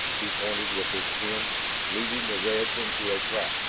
he pointed with his chin leading the reds into a trap.